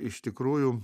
iš tikrųjų